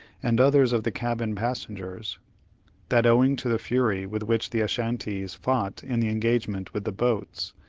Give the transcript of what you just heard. and others of the cabin-passengers that, owing to the fury with which the ashantees fought in the engagement with the boats,